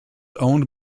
owned